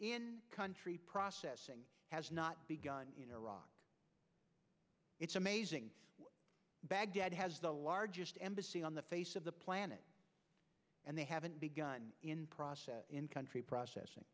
in country processing has not begun it's amazing baghdad has the largest embassy on the face of the planet and they haven't begun in process in country processing